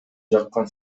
жаккан